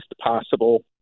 possible